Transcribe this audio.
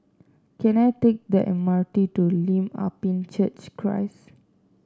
can I take the M R T to Lim Ah Pin Church Christ